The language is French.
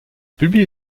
publiée